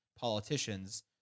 politicians